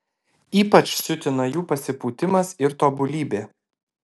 ypač siutina jų pasipūtimas ir tobulybė